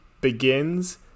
begins